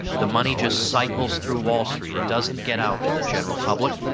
the money just cycles through wall street doesn't get out to the general public.